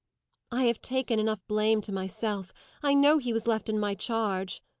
i have taken enough blame to myself i know he was left in my charge,